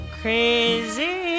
crazy